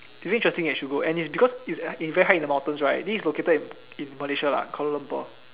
very interesting you should go and because it it's very high in the mountains right this is located in in Malaysia lah Kuala-Lumpur